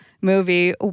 movie